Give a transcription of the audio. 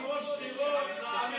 היועץ המשפטי לממשלה לא יודע?